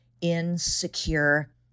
insecure